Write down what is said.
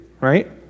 right